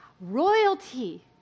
royalty